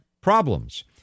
problems